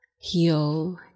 heal